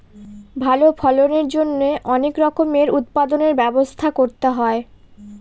ভালো ফলনের জন্যে অনেক রকমের উৎপাদনর ব্যবস্থা করতে হয়